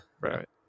right